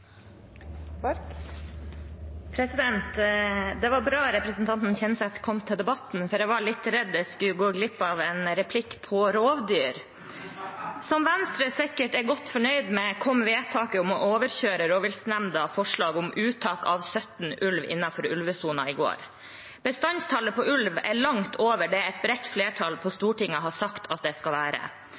til. Det var bra at representanten Kjenseth kom til debatten, for jeg var litt redd jeg skulle gå glipp av en replikk på rovdyr. Som Venstre sikkert er godt fornøyd med, kom vedtaket om å overkjøre Rovviltnemndas forslag om uttak av 17 ulver innenfor ulvesonen i går. Bestandstallet på ulv er langt over det et bredt flertall på Stortinget har sagt at det skal